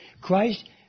Christ